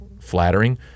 flattering